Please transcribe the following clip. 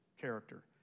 character